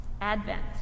Advent